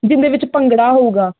ਜਿਦੇ ਵਿੱਚ ਭੰਗੜਾ ਹੋਊਗਾ